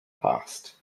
past